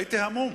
הייתי המום,